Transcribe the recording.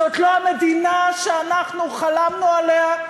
זאת לא המדינה שחלמנו עליה,